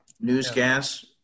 newscast